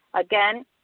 Again